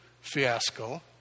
fiasco